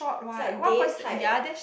is like Dave's height eh